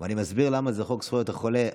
אני אסביר למה זה חוק זכויות החולה,